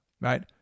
right